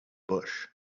bush